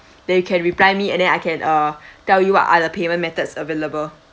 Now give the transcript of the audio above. then you can reply me and then I can uh tell you what are the payment methods available